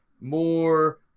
more